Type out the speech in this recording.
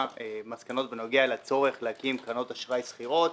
מסקנות בנוגע לצורך להקים קרנות אשראי סחירות.